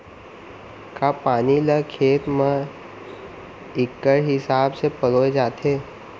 का पानी ला खेत म इक्कड़ हिसाब से पलोय जाथे?